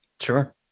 Sure